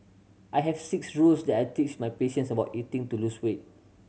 I have six rules that I teach my patients about eating to lose weight